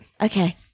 Okay